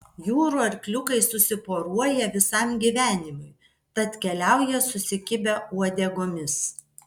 jūrų arkliukai susiporuoja visam gyvenimui tad keliauja susikibę uodegomis